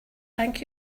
thank